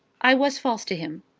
i was false to him.